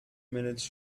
minutes